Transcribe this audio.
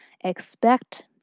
expect